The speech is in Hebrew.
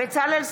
בצלאל סמוטריץ'